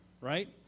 right